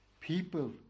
People